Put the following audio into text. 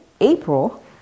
April